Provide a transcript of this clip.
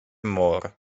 more